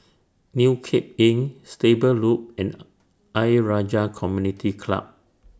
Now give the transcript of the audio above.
New Cape Inn Stable Loop and Ayer Rajah Community Club